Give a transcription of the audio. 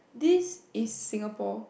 this is Singapore